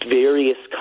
various